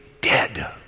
dead